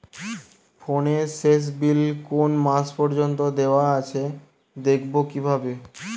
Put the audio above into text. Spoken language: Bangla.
ফোনের শেষ বিল কোন মাস পর্যন্ত দেওয়া আছে দেখবো কিভাবে?